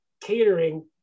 catering